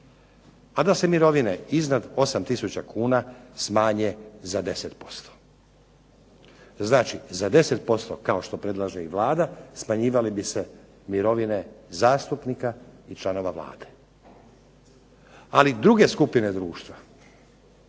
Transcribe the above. a da se mirovine iznad 8000 kuna smanje za 10%. Znači, za 10% kao što predlaže i Vlada smanjivale bi se mirovine zastupnika i članova Vlade. Ali druge skupine društva